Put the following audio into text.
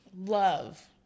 love